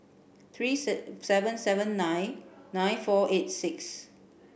three seven seven nine nine four eight six